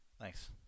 Thanks